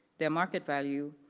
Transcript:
their market value,